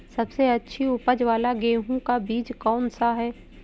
सबसे अच्छी उपज वाला गेहूँ का बीज कौन सा है?